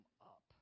up